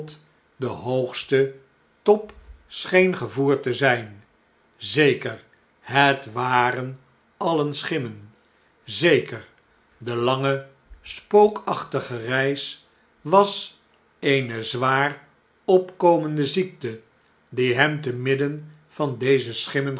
schimmen totdenhoogsten top scheen gevoerd te zh'n zeker i het waren alien schimmen i zeker de lange spookachtige reis was eene zwaar opkomende ziekte die hem te midden van deze